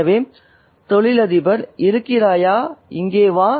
எனவே தொழிலதிபர் "இருக்கிறாயா இங்கே வா